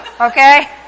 Okay